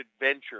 adventure